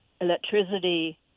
electricity